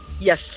Yes